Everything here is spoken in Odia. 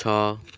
ଛଅ